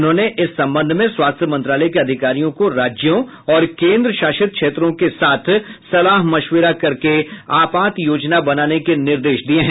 उन्होंने इस संबंध में स्वास्थ्य मंत्रालय के अधिकारियों को राज्यों और केंद्र शासित क्षेत्रों के साथ सलाह मशविरा करके आपात योजना बनाने के निर्देश दिए हैं